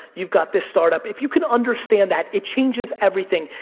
you've got this startup. if you can understand that it changes everything,